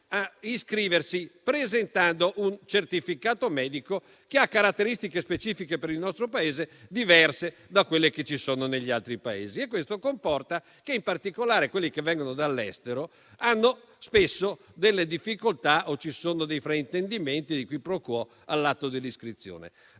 iscriversi presentando un certificato medico che ha caratteristiche specifiche per il nostro Paese, diverse da quelle che ci sono negli altri Paesi. Ciò comporta che in particolare quelli che vengono dall'estero hanno spesso delle difficoltà o che vi siano dei fraintendimenti e dei *qui pro quo* all'atto dell'iscrizione.